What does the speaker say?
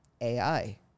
AI